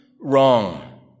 wrong